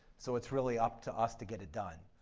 so it's really up to us to get it done.